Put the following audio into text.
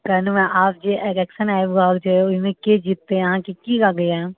कहलहुँ हँ आब जे इलेक्शन आबि रहल छै ओहिमे केँ जिततै अहाँकेँ की लागैया